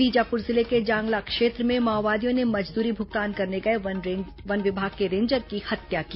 बीजापुर जिले के जांगला क्षेत्र में माओवादियों ने मजदूरी भुगतान करने गए वन विभाग के रेंजर की हत्या की